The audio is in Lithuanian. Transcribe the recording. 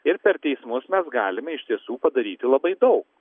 ir per teismus mes galime iš tiesų padaryti labai daug